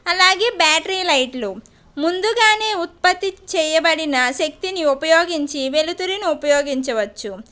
అలాగే బ్యాటరీ లైట్లు ముందుగానే ఉత్పత్తి చేయబడిన శక్తిని ఉపయోగించి వెలుతురిని ఉపయోగించవచ్చు